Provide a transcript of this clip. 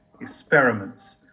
experiments